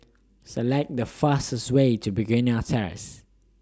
Select The fastest Way to Begonia Terrace